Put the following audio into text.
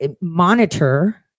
monitor